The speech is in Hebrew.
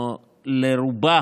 לרובה